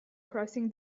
crossing